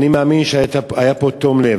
אני מאמין שזה היה בתום לב.